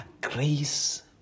Grace